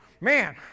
Man